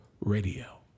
Radio